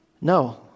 no